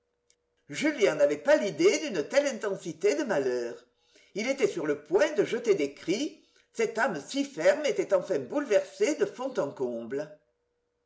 julien n'avait pas l'idée d'une telle intensité de malheur il était sur le point de jeter des cris cette âme si fermé était enfin bouleversée de fond en comble